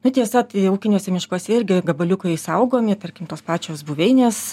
na tiesa tai ūkiniuose miškuose irgi gabaliukai saugomi tarkim tos pačios buveinės